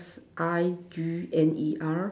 I_G_N_E_R